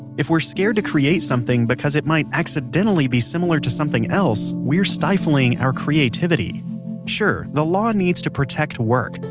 if we're scared to create something because it might accidentally be similar to something else, we're stifling our creativity sure, the law needs to protect work,